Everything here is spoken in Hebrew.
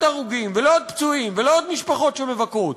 הרוגים ולעוד פצועים ולעוד משפחות שמבכות